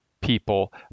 people